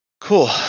Cool